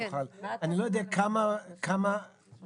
אני לא יודע כמה צריך,